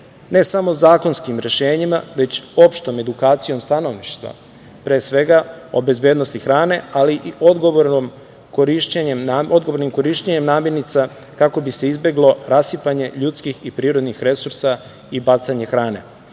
ne samo zakonskim rešenjima, već opštom edukacijom stanovništva, pre svega o bezbednosti hrane, ali i odgovornim korišćenjem namirnica, kako bi se izbeglo rasipanje ljudskih i prirodnih resursa i bacanje hrane.I